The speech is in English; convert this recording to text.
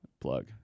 plug